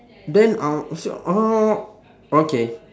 then uh oh okay